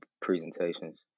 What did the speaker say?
presentations